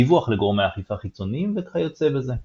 דיווח לגורמי אכיפה חיצוניים וכיוצא בזה.